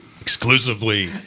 Exclusively